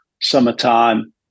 Summertime